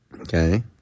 Okay